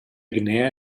guinea